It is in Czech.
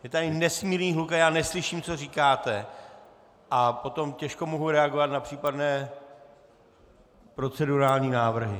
Je tady nesmírný hluk a já neslyším, co říkáte, a potom těžko mohu reagovat na případné procedurální návrhy.